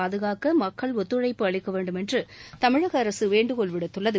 பாதுகாக்க மக்கள் ஒத்துழைப்பு அளிக்க வேண்டுமென்று தமிழக அரசு வேண்டுகோள் விடுத்தள்ளது